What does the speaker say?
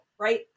right